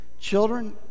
Children